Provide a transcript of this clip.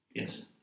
Yes